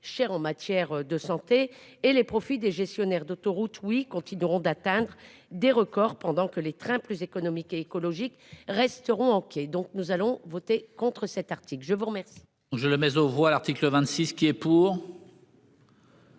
cher en matière de santé et les profits des gestionnaires d'autoroutes oui continueront d'atteindre des records. Pendant que les trains plus économique et écologique resteront OK donc nous allons voter contre cet article, je vous remercie.